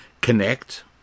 Connect